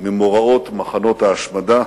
ממוראות מחנות ההשמדה